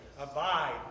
abide